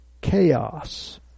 chaos